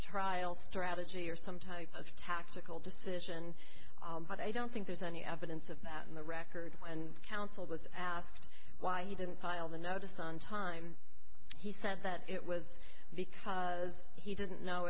trial strategy or some type of tactical decision but i don't think there's any evidence of that in the record and counsel was asked why he didn't file the notice on time he said that it was because he didn't know